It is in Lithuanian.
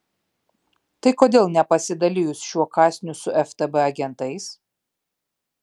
tai kodėl nepasidalijus šiuo kąsniu su ftb agentais